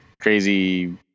crazy